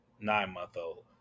nine-month-old